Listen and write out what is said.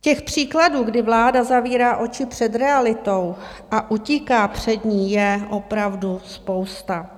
Těch příkladů, kdy vláda zavírá oči před realitou a utíká před ní, je opravdu spousta.